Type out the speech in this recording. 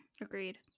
Agreed